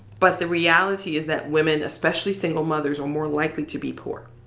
but the reality is that women, especially single mothers, are more likely to be poor.